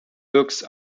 books